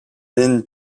then